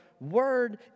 Word